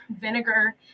vinegar